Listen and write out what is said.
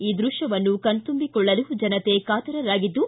ಈ ದೃಶ್ಯವನ್ನ ಕಣ್ತಂಬಿಕೊಳ್ಳಲು ಜನತೆ ಕಾತರರಾಗಿದ್ದು